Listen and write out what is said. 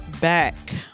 back